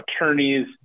attorneys